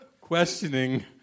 questioning